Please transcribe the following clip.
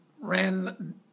ran